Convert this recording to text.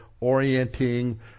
orienting